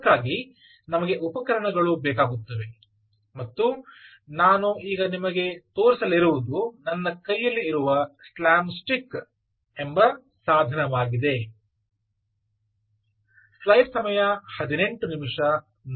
ಅದಕ್ಕಾಗಿ ನಮಗೆ ಉಪಕರಣಗಳು ಬೇಕಾಗುತ್ತವೆ ಮತ್ತು ನಾನು ಈಗ ನಿಮಗೆ ತೋರಿಸಲಿರುವುದು ನನ್ನ ಕೈಯಲ್ಲಿಇರುವ ಸ್ಲ್ಯಾಮ್ಸ್ಟಿಕ್ ಎಂಬ ಸಾಧನವಾಗಿದೆ